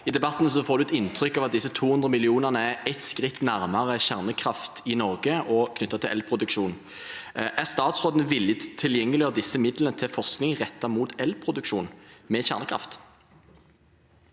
I debatten får man et inntrykk av at disse 200 mill. kr er et skritt nærmere kjernekraft i Norge og knyttet til elproduksjon. Er statsråden villig til å tilgjengeliggjøre disse midlene til forskning rettet mot elproduksjon med kjernekraft?